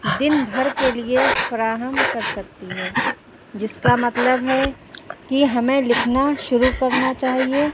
دن بھر کے لیے فراہم کر سکتی ہے جس کا مطلب ہے کہ ہمیں لکھنا شروع کرنا چاہیے